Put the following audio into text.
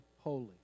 holy